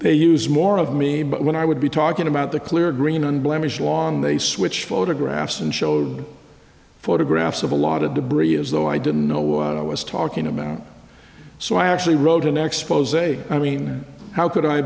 they use more of me but when i would be talking about the clear green unblemished lawn they switched photographs and showed photographs of a lot of debris as though i didn't know what i was talking about so i actually wrote an expos i mean how could i